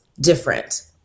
different